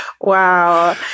Wow